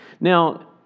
Now